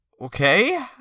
Okay